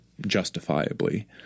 justifiably